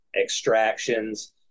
extractions